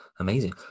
Amazing